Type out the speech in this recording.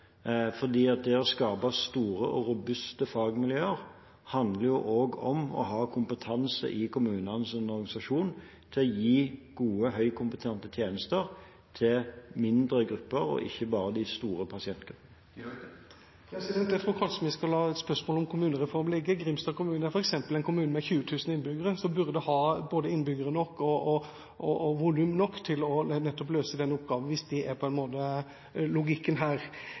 fordi det å skape store og robuste fagmiljøer også handler om å ha kompetanse i kommunenes organisasjon til å gi gode, høykompetente tjenester til mindre grupper og ikke bare til de store pasientgruppene. Jeg tror kanskje vi skal la spørsmålet om kommunereform ligge. Grimstad kommune er f.eks. en kommune med 20 000 innbyggere, som burde ha både innbyggere og volum nok til nettopp å løse den oppgaven hvis det på en måte er logikken her.